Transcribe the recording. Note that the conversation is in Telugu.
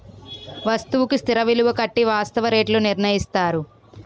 వస్తువుకు స్థిర విలువ కట్టి వాస్తవ రేట్లు నిర్ణయిస్తారు